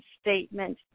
statement